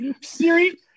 Siri